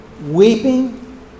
weeping